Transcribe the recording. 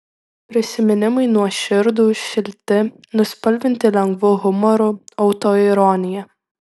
prisiminimai nuoširdūs šilti nuspalvinti lengvu humoru autoironija